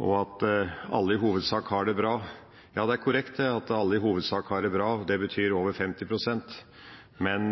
og at alle i hovedsak har det bra. Ja, det er korrekt at alle i hovedsak har det bra, det betyr over 50 pst., men